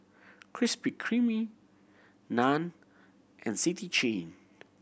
Krispy Kreme Nan and City Chain